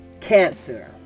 cancer